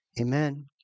Amen